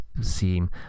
seem